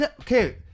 Okay